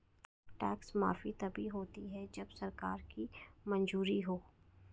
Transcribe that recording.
tax माफी तभी होती है जब सरकार की मंजूरी हो